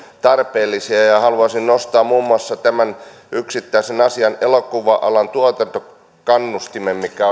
tarpeellisia haluaisin nostaa muun muassa tämän yksittäisen asian elokuva alan tuotantokannustimen mikä